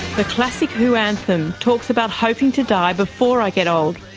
the classic who anthem talks about hoping to die before i get old,